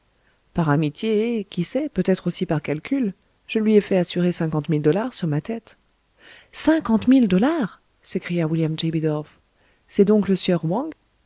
par amitié et qui sait peut-être aussi par calcul je lui ai fait assurer cinquante mille dollars sur ma tête cinquante mille dollars s'écria william j bidulph c'est donc le